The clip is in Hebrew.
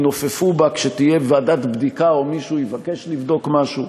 כשתהיה ועדת בדיקה או מישהו יבקש לבדוק משהו,